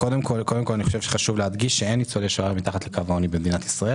קודם כול חשוב להדגיש שאין ניצולי שואה מתחת לקו העוני במדינת ישראל,